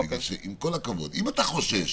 עם כל הכבוד, עם אתה חושש